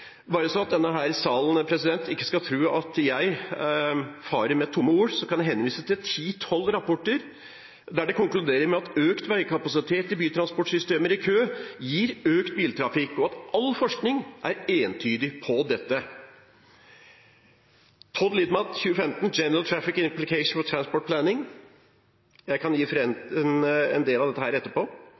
Bare så de i denne sal ikke skal tro at jeg farer med tomme ord, kan jeg henvise til ti–tolv rapporter der det konkluderes med at økt veikapasitet i bytransportsystemer med kø gir økt biltrafikk, og at all forskning er entydig på dette, f.eks. Todd Litman, 2015, Generated traffic: Implications for transport planning